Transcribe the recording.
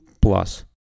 plus